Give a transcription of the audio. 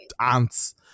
ants